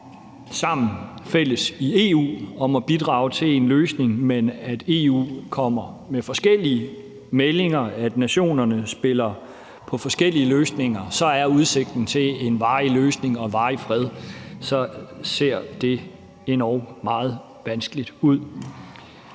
sammen fælles i EU om at bidrage til en løsning, men EU kommer med forskellige meldinger, og nationerne spiller på forskellige løsninger, så er udsigten til en varig løsning og varig fred noget, der ser endog meget vanskeligt ud.